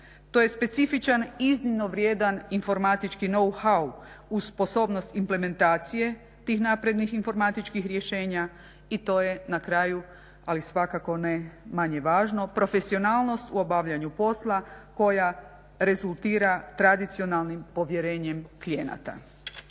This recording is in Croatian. to je specifičan iznimno vrijedan informatički "nou how" uz sposobnost implementacije tih naprednih informatičkih rješenja i to je na kraju ali svakako ne manje važno profesionalnost u obavljanju posla koja rezultira tradicionalnim povjerenjem klijenata.